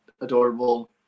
adorable